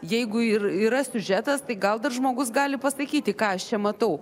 jeigu ir yra siužetas tai gal dar žmogus gali pasakyti ką aš čia matau